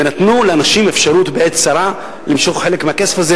ונתנו לאנשים אפשרות למשוך חלק מהכסף הזה